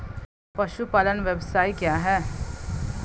पशुपालन व्यवसाय क्या है?